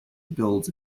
builds